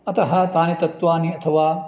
अतः तानि तत्त्वानि अथवा